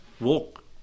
Walk